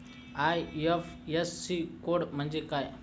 IFSC code म्हणजे काय?